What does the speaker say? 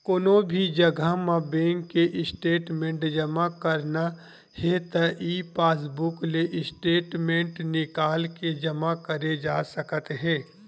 कोनो भी जघा म बेंक के स्टेटमेंट जमा करना हे त ई पासबूक ले स्टेटमेंट निकाल के जमा करे जा सकत हे